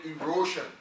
erosion